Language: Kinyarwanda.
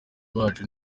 bacu